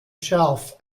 shelf